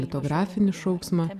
etnografinį šauksmą